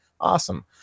Awesome